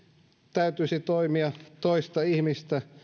täytyisi toimia toista ihmistä